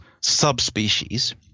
subspecies